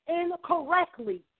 incorrectly